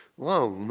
well,